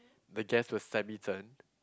the dress was semitone